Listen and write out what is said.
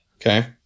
Okay